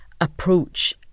approach